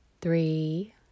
three